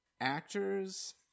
actors